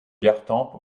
gartempe